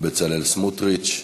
בצלאל סמוטריץ.